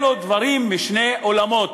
אלו דברים משני עולמות,